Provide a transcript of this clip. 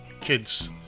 kids